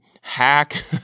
hack